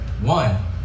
One